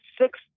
six